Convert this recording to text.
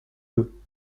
deux